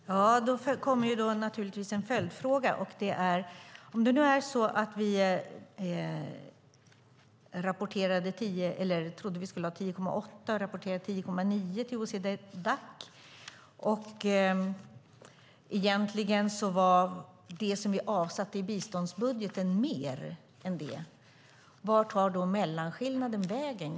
Fru talman! Det kommer naturligtvis en följdfråga på det här. Vart tar mellanskillnaden vägen, om vi trodde att vi skulle ha 10,8 procent men rapporterade 10,9 till OECD/Dac, och det som var avsatt i biståndsbudgeten egentligen var mer än det?